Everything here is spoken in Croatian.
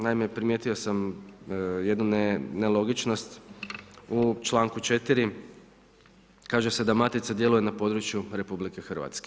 Naime, primijetio sam jednu nelogičnost u članku 4. kaže se da matica djeluju na području RH.